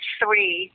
three